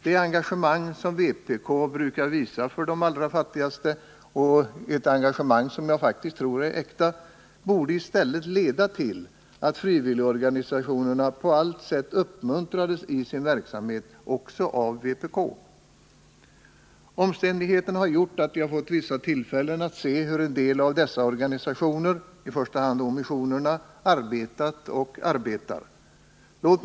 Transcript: Det engagemang som vpk brukar visa för de allra fattigaste — ett engagemang som jag faktiskt tror är äkta — borde i stället leda till att frivilligorganisationerna på allt sätt, också av vpk, uppmuntrades i sin verksamhet. Omständigheterna har gjort att jag vid vissa tillfällen haft möjlighet att se hur en del av dessa organisationer, i första hand missionerna, arbetat och arbetar.